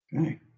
Okay